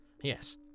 Yes